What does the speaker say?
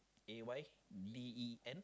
A Y D E N